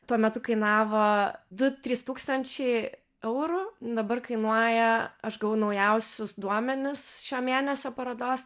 tuo metu kainavo du trys tūkstančiai eurų dabar kainuoja aš gavau naujausius duomenis šio mėnesio parodos